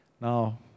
Now